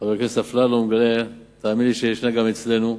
וחבר הכנסת אפללו מגלה, תאמין לי שישנה גם אצלנו,